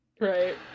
right